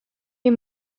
you